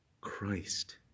Christ